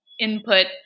input